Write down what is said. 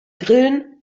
grillen